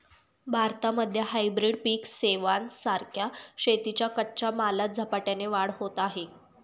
भारतामध्ये हायब्रीड पिक सेवां सारख्या शेतीच्या कच्च्या मालात झपाट्याने वाढ होत आहे